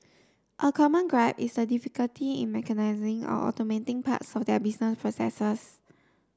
a common gripe is a difficulty in mechanising or automating parts of their business processes